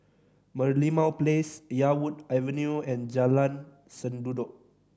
Merlimau Place Yarwood Avenue and Jalan Sendudok